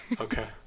Okay